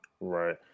Right